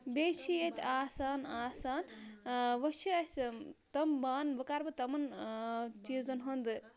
بیٚیہِ چھِ ییٚتہِ آسان آسان وٕ چھِ اَسہِ تِم بانہٕ وٕ کَرٕ بہٕ تِمَن چیٖزَن ہُنٛد